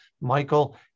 Michael